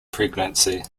pregnancy